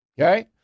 okay